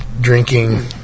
drinking